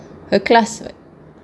her class [what]